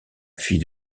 fille